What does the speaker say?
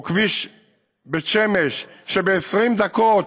או כביש בית שמש, שב-20 דקות